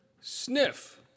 sniff